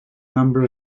number